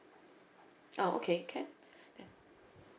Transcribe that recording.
oh okay can